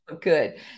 Good